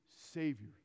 Savior